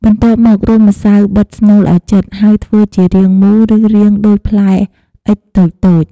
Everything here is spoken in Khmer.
បន្ទាប់មករុំម្សៅបិទស្នូលឲ្យជិត ហើយធ្វើជារាងមូល ឬរាងដូចផ្លែអុិចតូចៗ។